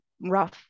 rough